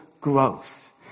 growth